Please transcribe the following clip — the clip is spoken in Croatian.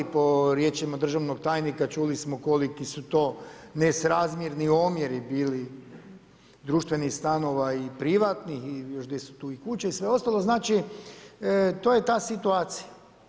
Po riječima državnog tajnika čuli smo koliki su to nesrazmjerni omjeri bili društvenih stanova i privatnih i još gdje su tu kuće i sve ostalo, znači to je ta situacija.